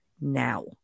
now